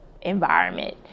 environment